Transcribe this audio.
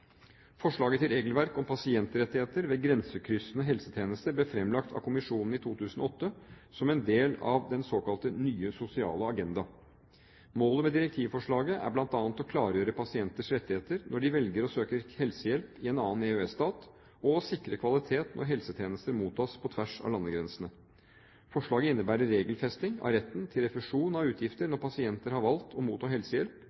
Forslaget til regelverk om pasientrettigheter ved grensekryssende helsetjenester ble fremlagt av kommisjonen i 2008 som en del av den såkalte nye sosiale agenda. Målet med direktivforslaget er bl.a. å klargjøre pasienters rettigheter når de velger å søke helsehjelp i en annen EØS-stat, og å sikre kvalitet når helsetjenester mottas på tvers av landegrensene. Forslaget innebærer regelfesting av retten til refusjon av utgifter når pasienter har valgt å motta helsehjelp